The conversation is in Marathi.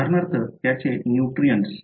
उदाहरणार्थ त्याचे नुट्रीएंट्स